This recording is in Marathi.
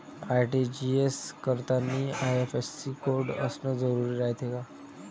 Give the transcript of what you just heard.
आर.टी.जी.एस करतांनी आय.एफ.एस.सी कोड असन जरुरी रायते का?